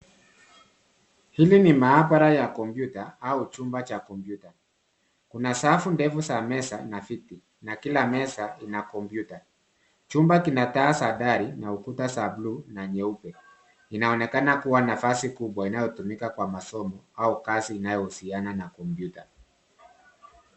Hili ni maabara ya kompyuta au chumba cha kompyuta, kuna safu ndefu za meza na viti na kila meza ina kompyuta ,chumba kina taa za dari na ukuta za buluu na nyeupe inaonekana kuwa nafasi kubwa inayotumika kwa masomo au kazi inayohusiana na kompyuta.